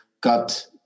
Got